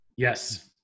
Yes